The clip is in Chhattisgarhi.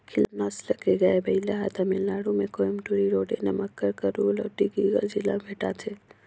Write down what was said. खिल्लार नसल के गाय, बइला हर तमिलनाडु में कोयम्बटूर, इरोडे, नमक्कल, करूल अउ डिंडिगल जिला में भेंटाथे